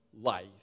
life